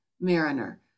mariner